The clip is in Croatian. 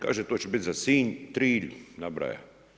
Kaže to će biti za Sinj, Trilj, nabraja.